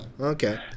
Okay